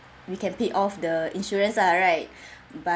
we can pay off the insurance lah right but